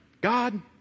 God